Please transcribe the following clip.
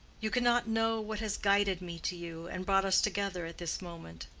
you cannot know what has guided me to you and brought us together at this moment.